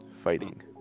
fighting